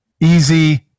easy